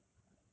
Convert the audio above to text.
what beef